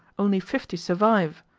only fifty survive,